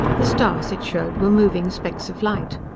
the stars it showed were moving specks of light.